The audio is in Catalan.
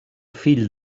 fill